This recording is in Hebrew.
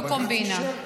לא קומבינה,